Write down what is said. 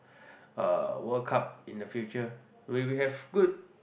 uh World Cup in the future we we have good